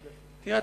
תראה,